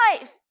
life